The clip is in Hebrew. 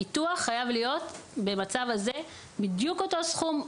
הביטוח חייב להיות במצב הזה בדיוק אותו סכום,